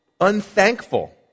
Unthankful